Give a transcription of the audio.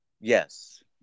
Yes